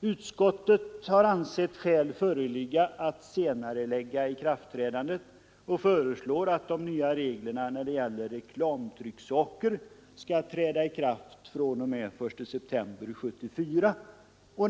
Utskottet har ansett skäl föreligga att senarelägga ikraftträdandet och föreslår att de nya reglerna för reklamtrycksaker skall gälla fr.o.m. den 1 september 1974.